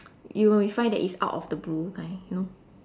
you will find that it's out of the blue kind you know